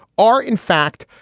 are, in fact,